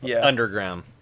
underground